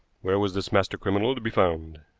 where was this master criminal to be found?